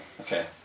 Okay